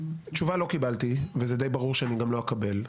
תשובה לא קיבלתי, וזה די ברור שאני גם לא אקבל.